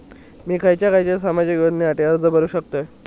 मी खयच्या खयच्या सामाजिक योजनेसाठी अर्ज करू शकतय?